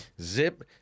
zip